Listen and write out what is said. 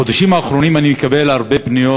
בחודשים האחרונים אני מקבל הרבה פניות